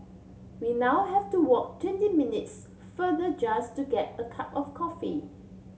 we now have to walk twenty minutes farther just to get a cup of coffee